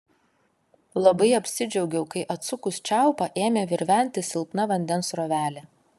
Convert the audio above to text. labai apsidžiaugiau kai atsukus čiaupą ėmė virventi silpna vandens srovelė